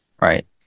Right